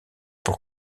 pour